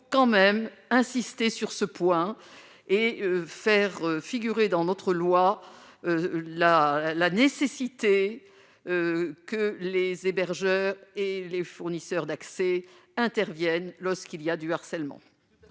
quand même insister sur ce point et faire figurer dans notre loi la la nécessité que les hébergeurs et les fournisseurs d'accès interviennent lorsqu'il y a du harcèlement.